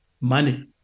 money